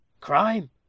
crime